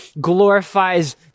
glorifies